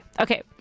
Okay